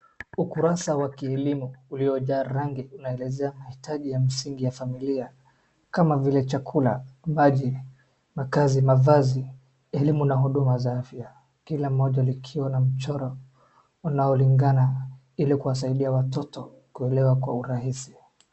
Ukurasa wa kielimu ulionjaa rangi unaeleza mahitaji ya msingi ya familia kama vile chakula, maji, makazi, mavazi elimu na huduma za afya kila moja likiwa mchoro unaolingana ili kuwasaidia kuelewa.